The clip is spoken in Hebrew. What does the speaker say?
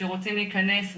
שרוצים להיכנס,